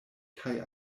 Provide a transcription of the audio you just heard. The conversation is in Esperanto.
kaj